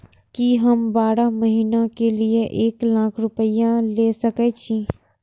की हम बारह महीना के लिए एक लाख रूपया ले सके छी?